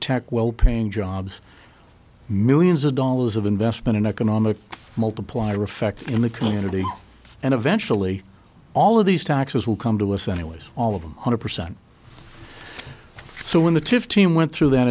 tech well paying jobs millions of dollars of investment in economic multiplier effect in the community and eventually all of these taxes will come to us anyways all of them hundred percent so when the tiff team went through that